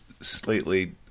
slightly